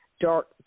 Dark